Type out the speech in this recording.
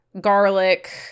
garlic